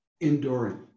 enduring